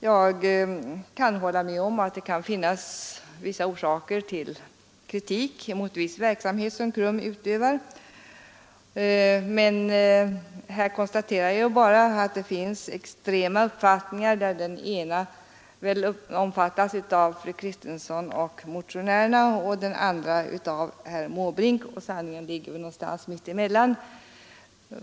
Jag skall hålla med om att det kan finnas orsaker till kritik mot viss verksamhet som KRUM utövar, men här konstaterar jag bara att det finns extrema uppfattningar, där den ena omfattas av fru Kristensson och motionärerna och den andra av herr Måbrink. Sanningen ligger väl någonstans mitt emellan.